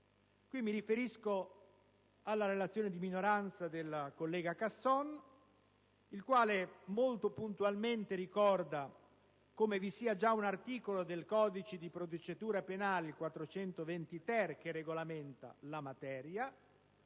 Qui mi riferisco alla relazione di minoranza del collega Casson il quale, molto puntualmente, ricorda come vi sia già un articolo del codice di procedura penale, il 420-*ter*, che regolamenta la materia